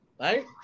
right